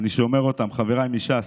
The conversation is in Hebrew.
אני שומר אותם, חבריי מש"ס,